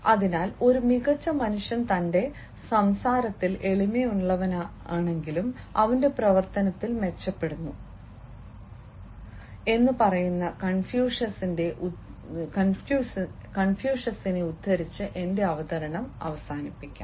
അതിനാൽ ഒരു മികച്ച മനുഷ്യൻ തന്റെ സംസാരത്തിൽ എളിമയുള്ളവനാണെങ്കിലും അവന്റെ പ്രവർത്തനത്തിൽ മെച്ചപ്പെടുന്നു എന്ന് പറയുന്ന കൺഫ്യൂഷ്യസിനെ ഉദ്ധരിച്ച് എന്റെ അവതരണം അവസാനിപ്പിക്കാം